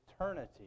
eternity